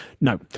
no